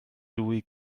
dwy